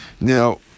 Now